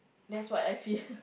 that's what I fear